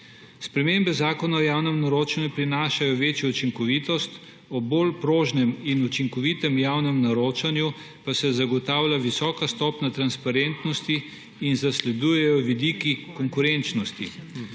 Spremembe Zakona o javnem naročanju prinašajo večjo učinkovitost, ob bolj prožnem in učinkovitem javnem naročanju pa se zagotavlja visoka stopnja transparentnosti in zasledujejo vidiki konkurenčnosti.